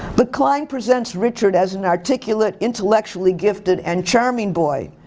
but klein presents richard as an articulate intellectually gifted and charming boy.